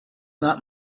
not